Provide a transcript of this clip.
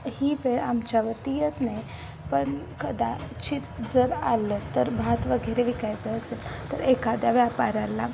ही वेळ आमच्यावरती येत नाही पण कदाचित जर आलं तर भात वगैरे विकायचं असेल तर एखाद्या व्यापाऱ्याला